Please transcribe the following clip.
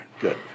good